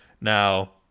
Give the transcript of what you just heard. Now